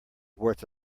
worth